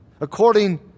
according